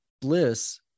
bliss